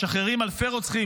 משחררים אלפי רוצחים,